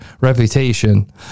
reputation